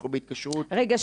אנחנו בהתקשרות --- רגע,